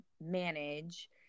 manage